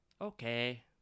okay